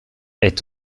est